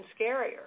scarier